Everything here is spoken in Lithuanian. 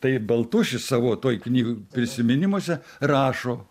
tai baltušis savo toj kny prisiminimuose rašo